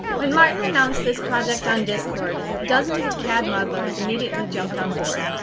when martin announced this project on discord, dozens of cad modelers immediately jumped on board.